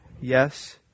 Yes